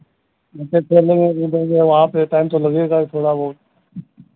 बच्चे खेलेंगे घूमेंगे वहाँ पे टाइम तो लगेगा ही थोड़ा बहुत